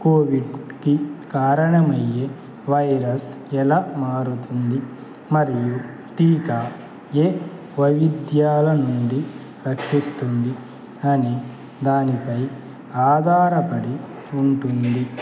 కోవిడ్కి కారణమయ్యే వైరస్ ఎలా మారుతుంది మరియు టీకా ఏ వైవిధ్యాల నుండి రక్షిస్తుంది అనే దానిపై ఆధారపడి ఉంటుంది